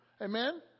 Amen